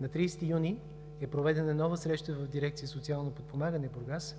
На 30 юни е проведена нова среща в дирекция „Социално подпомагане“ – Бургас,